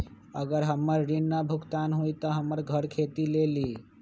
अगर हमर ऋण न भुगतान हुई त हमर घर खेती लेली?